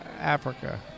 Africa